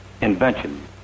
invention